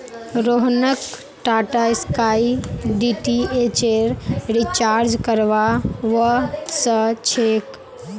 रोहनक टाटास्काई डीटीएचेर रिचार्ज करवा व स छेक